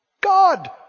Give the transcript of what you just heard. God